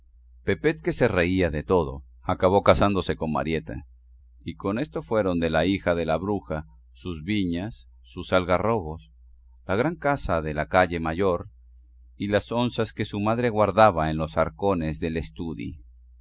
chimenea pepet que se reía de todo acabó casándose con marieta y con esto fueron de la hija de la bruja sus viñas sus algarrobos la gran casa de la calle mayor y las onzas que su madre guardaba en los arcones del estudi